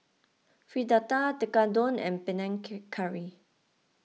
Fritada Tekkadon and Panang Curry